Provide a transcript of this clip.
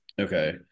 okay